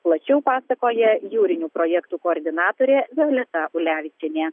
plačiau pasakoja jūrinių projektų koordinatorė violeta ulevičienė